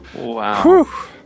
Wow